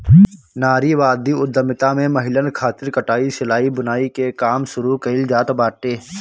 नारीवादी उद्यमिता में महिलन खातिर कटाई, सिलाई, बुनाई के काम शुरू कईल जात बाटे